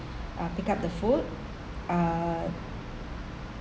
uh pick up the food uh